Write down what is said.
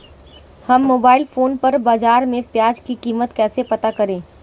हम mobile phone पर बाज़ार में प्याज़ की कीमत कैसे पता करें?